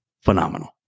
phenomenal